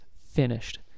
finished